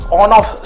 on-off